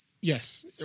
Yes